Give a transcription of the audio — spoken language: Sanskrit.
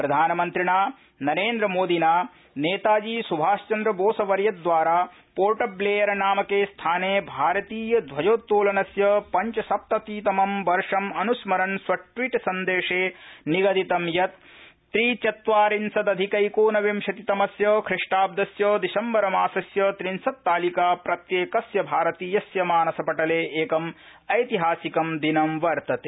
प्रधानमन्त्री नेताजीसुभाष प्रधानमन्त्रिणा नरेन्द्रमोदिना नेताजीसुभाषचन्द्रवोसवर्यद्वारा पोर्टब्लेयर नामके स्थाने भारतीय ध्वजोत्तोलनस्य पञ्चसप्ततिममं वर्षम् अनुस्मरन् स्वट्वीट सन्देशे निगदितं यत् त्रिचत्वार्रिशदधिकैकोनविंशतितमस्य खिष्टाब्दस्य दिसम्बरमासस्य त्रिंशतालिका प्रत्येकस्य भारतीयस्य मानसपटले कि ऐतिहासिक दिनं वर्तते